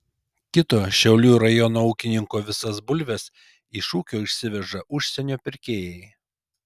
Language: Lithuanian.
kito šiaulių rajono ūkininko visas bulves iš ūkio išsiveža užsienio pirkėjai